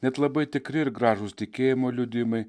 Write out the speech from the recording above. net labai tikri ir gražūs tikėjimo liudijimai